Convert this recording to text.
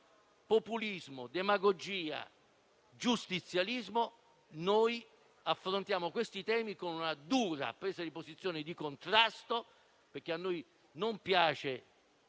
populismo, demagogia e giustizialismo, affrontiamo questi temi con una dura presa di posizione di contrasto, perché a noi piace